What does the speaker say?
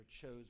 chose